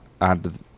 add